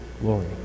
Glory